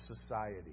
society